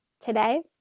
today